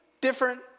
different